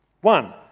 One